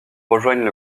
rejoignent